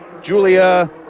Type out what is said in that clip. Julia